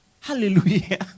Hallelujah